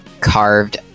carved